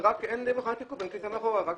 אין כניסה מאחורה ואין שם מכונת תיקוף.